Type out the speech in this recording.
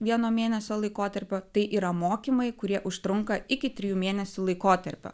vieno mėnesio laikotarpio tai yra mokymai kurie užtrunka iki trijų mėnesių laikotarpio